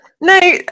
No